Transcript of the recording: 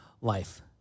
life